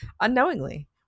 unknowingly